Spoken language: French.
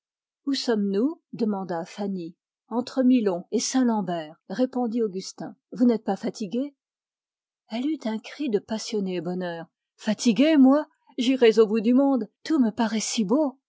où sommes-nous demanda fanny entre milon et saint-lambert répondit augustin vous n'êtes pas fatiguée elle eut un cri de passionné bonheur fatiguée moi j'irais au bout du monde tout me paraît si beau